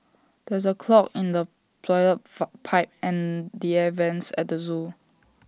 there is A clog in the Toilet Pipe and the air Vents at the Zoo